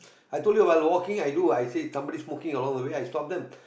I told you while walking i do I say somebody smoking along the way I stop them